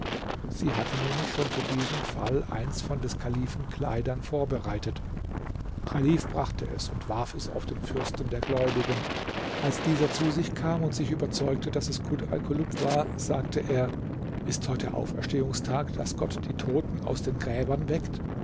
sie hatte nämlich schon für diesen fall eins von des kalifen kleidern vorbereitet chalif brachte es und warf es auf den fürsten der gläubigen als dieser zu sich kam und sich überzeugte daß es kut alkulub war sagte er ist heute auferstehungstag daß gott die toten aus den gräbern weckt